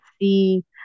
see